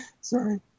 Sorry